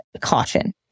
caution